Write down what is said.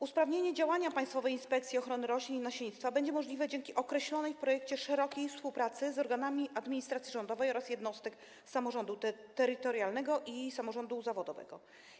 Usprawnienie działania Państwowej Inspekcji Ochrony Roślin i Nasiennictwa będzie możliwe dzięki określonej w projekcie szerokiej współpracy z organami administracji rządowej oraz jednostek samorządu terytorialnego i samorządu zawodowego.